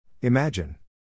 Imagine